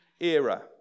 era